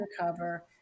recover